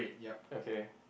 okay